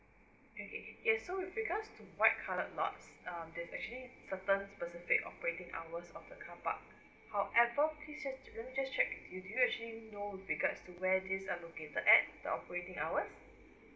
okay yes so regards to white colour lots uh there is actually certain specific operating hours of a car parks however please just let me just check with you do you actually know regards to where this are located at the operating hours